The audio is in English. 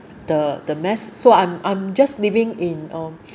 the the mess so I'm I'm just living in um